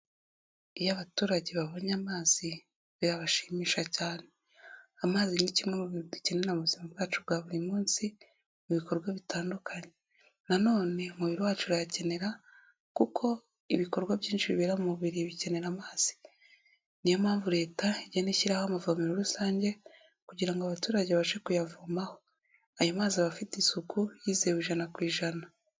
Iyo abaturage babonye amazi birabashimisha cyane amazi ni kimwe bintu dukenera mu buzima bwacu bwa buri munsi mu bikorwa umubiri wacu urayakenera, kuko ibikorwa byinshi bibera mubiri bikenera amazi niyo mpamvu leta igenda ishyiraho amavomero rusange kugira ngo abaturage babashe, ayo mazi aba afite isuku yizewe ijana ku ijana.